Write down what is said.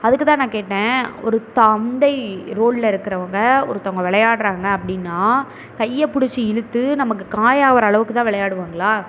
அதுக்கு தான் நான் கேட்டேன் ஒரு தந்தை ரோலில் இருக்கிறவங்க ஒருத்தங்க விளையாட்றாங்க அப்படின்னா கையை பிடிச்சு இழுத்து நமக்கு காயம் ஆகிற அளவுக்கு தான் விளையாடுவாங்களா